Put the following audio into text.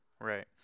right